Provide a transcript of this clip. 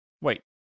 Wait